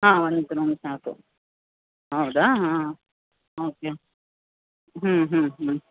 ಹಾಂ ಒಂದು ಒಂದು ಸಾಕು ಹೌದಾ ಹಾಂ ಓಕೆ ಹ್ಞೂ ಹ್ಞೂ ಹ್ಞೂ